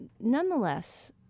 nonetheless